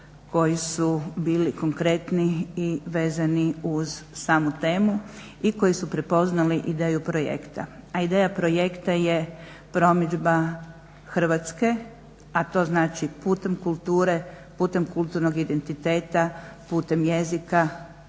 koji su bili konkretni i vezani uz samu temu i koji su prepoznali ideju projekta, a ideja projekta je promidžba Hrvatske, a to znači putem kulture, putem kulturnog identiteta, putem jezika,